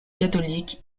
catholique